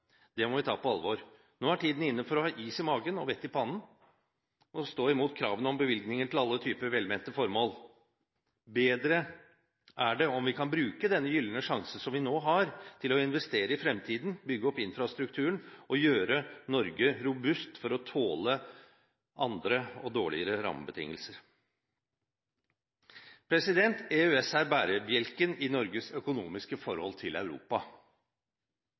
Det må vi ta på alvor. Nå er tiden inne for å ha is i magen og vett i pannen, og stå imot kravene om bevilgninger til alle typer velmente formål. Bedre er det om vi kan bruke denne gylne sjansen som vi nå har, til å investere i fremtiden, bygge opp infrastrukturen og gjøre Norge robust for å tåle andre og dårligere rammebetingelser. EØS er bærebjelken i Norges økonomiske forhold til Europa.